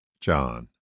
John